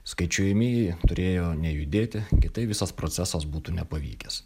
skaičiuojamieji turėjo nejudėti kitaip visas procesas būtų nepavykęs